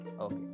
Okay